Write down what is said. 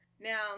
Now